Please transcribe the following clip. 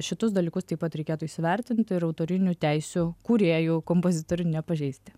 šituos dalykus taip pat reikėtų įsivertinti ir autorinių teisių kūrėjų kompozitorių nepažeisti